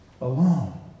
alone